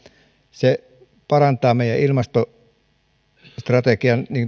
se parantaa meidän ilmastostrategiamme